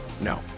No